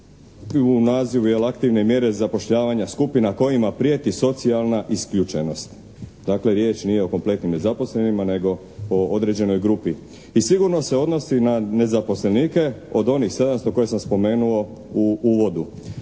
u nazivu aktivne mjere zapošljavanja skupina kojima prijeti socijalna isključenost. Dakle riječ nije o kompletnim nezaposlenima nego o određenoj grupi i sigurno se odnosi na nezaposlenike od onih 700 koje sam spomenuo u uvodu.